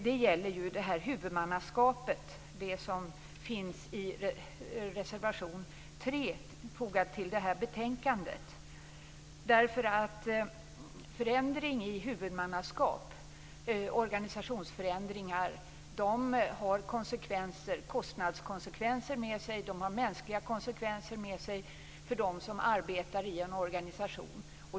Det gäller frågan om huvudmannaskap - Förändring vad gäller huvudmannaskap och organisationsförändringar för kostnadskonsekvenser med sig. De för mänskliga konsekvenser med sig för dem som arbetar i en organisation.